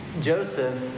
Joseph